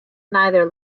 neither